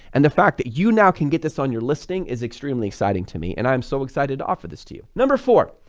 and the fact that you now can get this on your listing is extremely exciting to me and i'm so excited to offer this to you. number four,